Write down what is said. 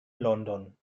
london